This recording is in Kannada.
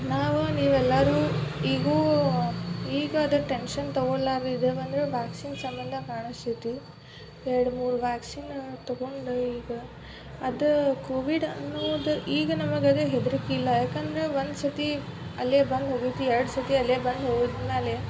ನಾವು ನೀವೆಲ್ಲರೂ ಈಗ್ಲೂ ಈಗ ಅದ್ರ ಟೆನ್ಷನ್ ತೊಗೊಳ್ಲಾರದೇ ಇದೇವೆ ಅಂದರೆ ವ್ಯಾಕ್ಸಿನ್ ಸಂಬಂಧ ಕಾಣಿಸ್ತೈತಿ ಎರಡು ಮೂರು ವ್ಯಾಕ್ಸಿನ್ ತೊಗೊಂಡು ಈಗ ಅದು ಕೋವಿಡ್ ಅನ್ನೂದು ಈಗ ನಮಗೆ ಅದು ಹೆದರಿಕಿಲ್ಲ ಯಾಕಂದ್ರೆ ಒಂದು ಸರ್ತಿ ಅಲೆ ಬಂದು ಹೋಗೈತಿ ಎರಡು ಸರ್ತಿ ಅಲೆ ಬಂದು ಹೋದ ಮೇಲೆ